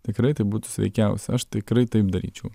tikrai tai būtų sveikiausia aš tikrai taip daryčiau